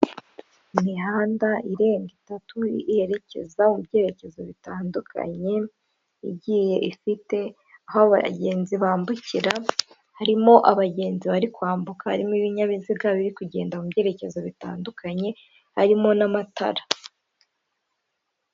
Imihanda irenga itatu yerekeza mu byerekezo bitandukanye igiye ifite aho abagenzi bambukira, harimo abagenzi bari kwambuka, harimo ibinyabiziga biri kugenda mu byerekezo bitandukanye, harimo n'amatara.